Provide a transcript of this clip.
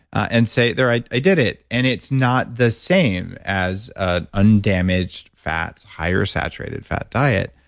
and say, there, i i did it, and it's not the same as ah undamaged fats, higher saturated fat diet.